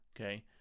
Okay